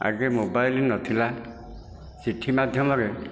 ଆଗେ ମୋବାଇଲ୍ ନଥିଲା ଚିଠି ମଧ୍ୟମରେ